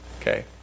Okay